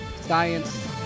science